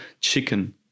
chicken